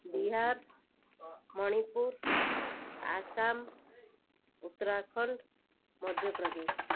Bihar Manipur Assam Uttarakhand Madhya Pradesh